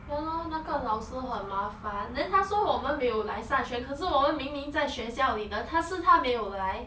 ya lor 那个老师很麻烦 then 他说我们没有来上学可是我们明明在学校里的但是他没有来